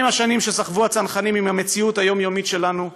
השנים שסחבו הצנחנים עם המציאות היומיומית שלנו,